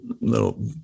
little